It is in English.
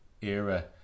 era